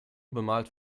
bemalt